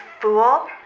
fool